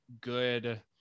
good